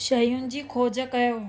शयुनि जी खोज कयो